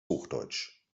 hochdeutsch